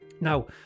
Now